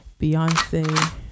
Beyonce